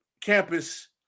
campus